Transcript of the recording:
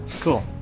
Cool